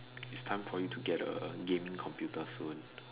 it's time for you to get a gaming computer soon